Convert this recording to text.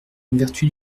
vertu